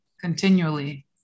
Continually